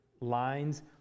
lines